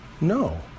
No